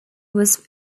was